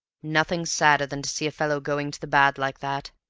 nothing's sadder than to see a fellow going to the bad like that.